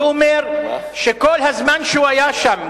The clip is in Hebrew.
שאומר שכל הזמן שהוא היה שם,